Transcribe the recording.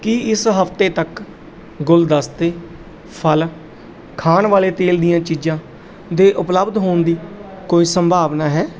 ਕੀ ਇਸ ਹਫ਼ਤੇ ਤੱਕ ਗੁਲਦਸਤੇ ਫਲ ਖਾਣ ਵਾਲੇ ਤੇਲ ਦੀਆਂ ਚੀਜ਼ਾਂ ਦੇ ਉਪਲੱਬਧ ਹੋਣ ਦੀ ਕੋਈ ਸੰਭਾਵਨਾ ਹੈ